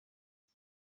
rtd